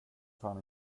fan